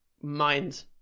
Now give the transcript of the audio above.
mind